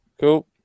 cool